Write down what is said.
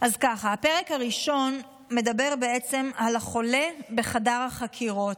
הפרק הראשון מדבר על החולה בחדר החקירות,